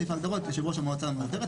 בסעיף ההגדרות: "יושב-ראש המועצה המאסדרת,